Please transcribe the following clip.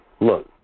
Look